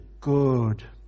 good